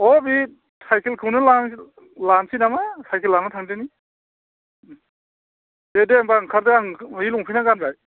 अ बि साइखेलखौनो लानोसै नामा साइखोल लाना थांदोनि दे दे होमब्ला ओंखारदो आं ओइ लंफेना गानबाय